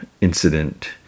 incident